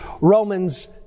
Romans